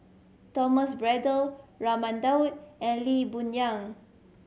Thomas Braddell Raman Daud and Lee Boon Yang